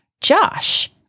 Josh